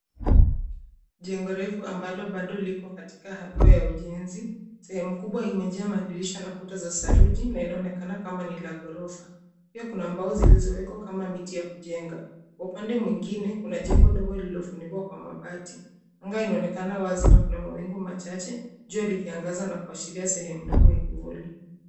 Jengo refu ambalo bado liko katika hafla ya ujenzi, sehemu kubwa imejaa madirisha na kuta za saruji na inaonekana kama ni la ghorofa. Pia kuna mbao zilizowekwa kama miti ya kujenga. Kwa upande mwingine kuna jengo dogo lililofunikwa kwa mabati. Anga inaonekana wazi na kuna mawingu machache, jua likiangaza na kuashiria sehemu ndogo ya kivuli.